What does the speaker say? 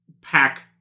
pack